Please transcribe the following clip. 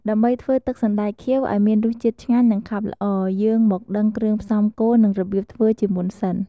ដើម្បីធ្វើទឹកសណ្ដែកខៀវឱ្យមានរសជាតិឆ្ងាញ់ និងខាប់ល្អ យើងមកដឹងគ្រឿងផ្សំគោលនិងរបៀបធ្វើជាមុនសិន។